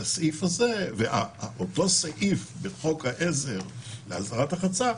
אותו סעיף בחוק העזר להסדרת הרחצה,